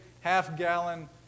half-gallon